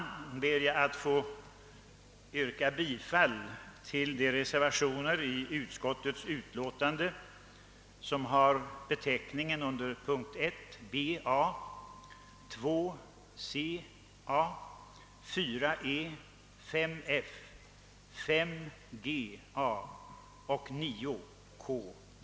Med det anförda ber jag att få yrka bifall till reservationerna 1 a), 2 a), 4, 5, 6 a) och 9 b).